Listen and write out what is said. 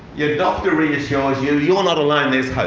your doctor reassures you, you're not alone, there's